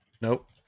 nope